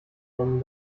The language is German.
nennen